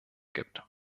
gibt